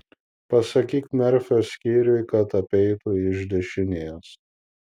pasakyk merfio skyriui kad apeitų iš dešinės